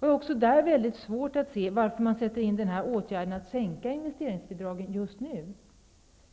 Jag har också i fråga om detta mycket svårt att förstå varför man sätter in åtgärden att sänka investeringsbidragen just nu.